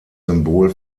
symbol